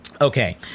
Okay